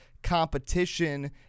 competition